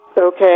Okay